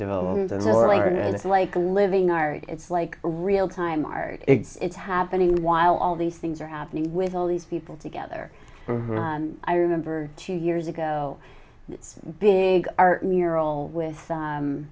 developed and more and it's like a living are it's like real time art it's happening while all these things are happening with all these people together and i remember two years ago big art mural with